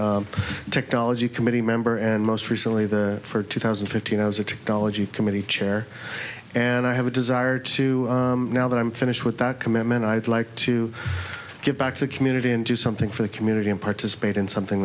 a technology committee member and most recently the for two thousand and fifteen i was a technology committee chair and i have a desire to now that i'm finished with that commitment i'd like to give back to the community and do something for the community and participate in something